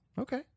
Okay